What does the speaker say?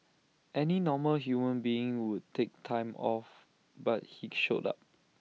any normal human being would take time off but he showed up